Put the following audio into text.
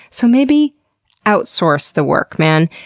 so maybe outsource the work, man.